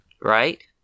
right